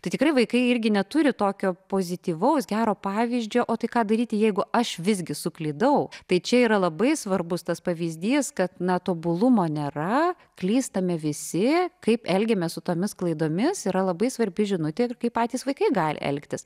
tai tikrai vaikai irgi neturi tokio pozityvaus gero pavyzdžio o tai ką daryti jeigu aš visgi suklydau tai čia yra labai svarbus tas pavyzdys kad na tobulumo nėra klystame visi kaip elgiamės su tomis klaidomis yra labai svarbi žinutė ir kaip patys vaikai gali elgtis